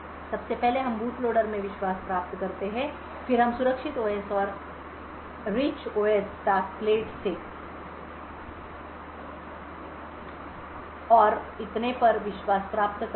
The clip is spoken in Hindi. सबसे पहले हम बूट लोडर में विश्वास प्राप्त करते हैं फिर हम सुरक्षित ओएस और Rich OS टास्कलेट से और इतने पर विश्वास प्राप्त करते हैं